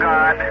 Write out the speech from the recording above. God